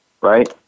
right